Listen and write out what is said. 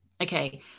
Okay